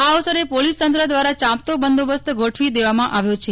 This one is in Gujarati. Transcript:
આ અવસરે પોલીસ તંત્ર દ્વારા ચાંપતો બંદોબસ્ત ગોઠવી દેવા માં આવ્યો છે